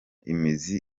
imizi